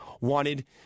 wanted